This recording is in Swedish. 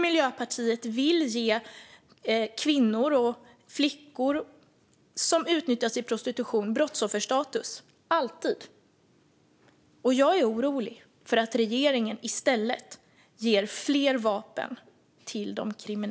Miljöpartiet vill ge kvinnor och flickor som utnyttjas i prostitution brottsofferstatus, alltid. Jag är orolig för att regeringen i stället ger de kriminella fler vapen.